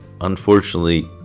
unfortunately